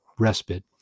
respite